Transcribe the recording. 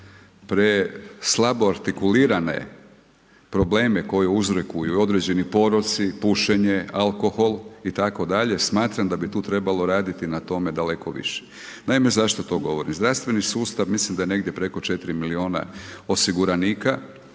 pre slabo artikulirane probleme koje uzrokuju određeni poroci, pušenje, alkohol itd., smatram da bi tu trebalo raditi na tome daleko više. Naime, zašto to govorim? Zdravstveni sustav, mislim da je negdje preko 4 milijuna osiguranika,